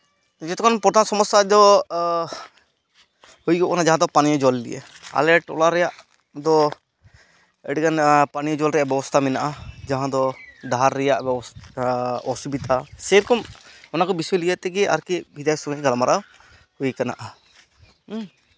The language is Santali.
ᱡᱚᱛᱚᱠᱷᱚᱱ ᱥᱚᱢᱚᱥᱥᱟ ᱫᱚ ᱦᱩᱭᱩᱜᱚᱜ ᱠᱟᱱᱟ ᱡᱟᱦᱟᱸ ᱫᱚ ᱯᱟᱱᱤᱭᱚ ᱡᱚᱞ ᱱᱤᱭᱮ ᱟᱞᱮ ᱴᱚᱞᱟ ᱨᱮᱭᱟᱜ ᱫᱚ ᱟᱹᱰᱤᱜᱟᱱ ᱯᱟᱱᱤᱭᱚ ᱡᱚᱞ ᱨᱮᱭᱟᱜ ᱵᱮᱵᱚᱥᱛᱷᱟ ᱢᱮᱱᱟᱜᱼᱟ ᱡᱟᱦᱟᱸ ᱫᱚ ᱰᱟᱦᱟᱨ ᱨᱮᱭᱟᱜ ᱵᱮᱵᱚᱥᱛᱷᱟ ᱚᱥᱩᱵᱤᱫᱷᱟ ᱥᱮᱭᱨᱚᱠᱚᱢ ᱚᱱᱟᱠᱚ ᱵᱤᱥᱚᱭ ᱞᱤᱭᱮ ᱛᱮᱜᱮ ᱵᱤᱫᱷᱟᱭᱚᱠ ᱥᱚᱸᱜᱮᱧ ᱜᱟᱞᱢᱟᱨᱟᱣ ᱦᱩᱭ ᱠᱟᱱᱟ ᱦᱮᱸ